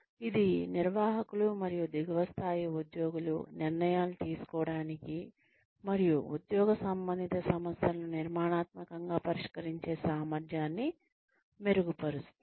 ఇది నిర్వాహకులు మరియు దిగువ స్థాయి ఉద్యోగులు నిర్ణయాలు తీసుకోవటానికి మరియు ఉద్యోగ సంబంధిత సమస్యలను నిర్మాణాత్మకంగా పరిష్కరించే సామర్థ్యాన్ని మెరుగుపరుస్తుంది